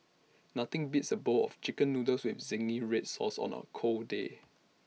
nothing beats A bowl of Chicken Noodles with Zingy Red Sauce on A cold day